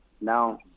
now